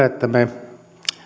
että me